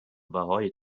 بهای